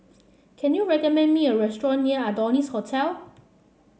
can you recommend me a restaurant near Adonis Hotel